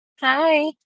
Hi